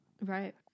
Right